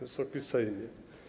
Wysoki Sejmie!